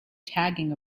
tagging